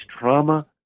trauma